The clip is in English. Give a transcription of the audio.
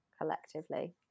collectively